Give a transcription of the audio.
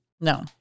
no